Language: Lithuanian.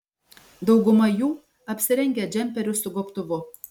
dauguma jų apsirengę džemperiu su gobtuvu